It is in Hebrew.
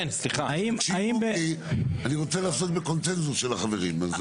אני רוצה לעשות בקונצנזוס של החברים.